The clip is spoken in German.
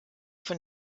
von